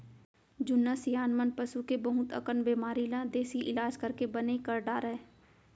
जुन्ना सियान मन पसू के बहुत अकन बेमारी ल देसी इलाज करके बने कर डारय